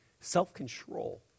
Self-control